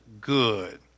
good